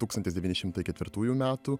tūkstantis devyni šimtai ketvirtųjų metų